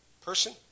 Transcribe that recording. person